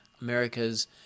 America's